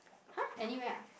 !huh! anywhere ah